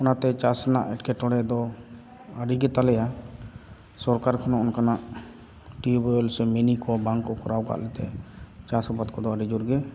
ᱚᱱᱟᱛᱮ ᱪᱟᱥ ᱨᱮᱱᱟᱜ ᱮᱴᱠᱮᱴᱚᱬᱮ ᱫᱚ ᱟᱹᱰᱤ ᱜᱮᱛᱟᱞᱮᱭᱟ ᱥᱚᱨᱠᱟᱨ ᱠᱷᱚᱱᱦᱚᱸ ᱚᱱᱠᱟᱱᱟᱜ ᱴᱤᱭᱩᱵᱽᱳᱭᱮᱞ ᱥᱮ ᱢᱤᱱᱤᱠᱚ ᱵᱟᱝᱠᱚ ᱠᱚᱨᱟᱣ ᱟᱠᱟᱫ ᱞᱮᱛᱮ ᱪᱟᱥ ᱟᱵᱟᱫ ᱠᱚᱫᱚ ᱟᱹᱰᱤ ᱡᱳᱨᱜᱮ